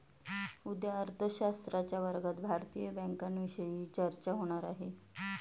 उद्या अर्थशास्त्राच्या वर्गात भारतीय बँकांविषयी चर्चा होणार आहे